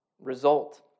result